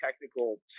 technical